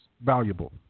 valuable